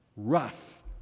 Rough